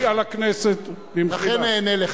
היות שאתה אחראי לכנסת, במחילה, לכן אענה לך.